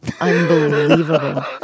Unbelievable